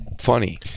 funny